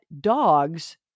dogs